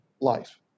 life